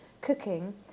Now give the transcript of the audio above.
cooking